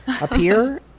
appear